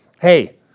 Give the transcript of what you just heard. hey